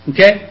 Okay